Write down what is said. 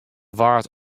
waard